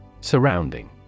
Surrounding